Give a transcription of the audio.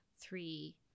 three